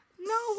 No